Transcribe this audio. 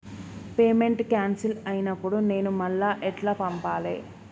Payment cancel అయినపుడు నేను మళ్ళా ఎట్ల పంపాలే?